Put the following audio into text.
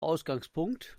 ausgangspunkt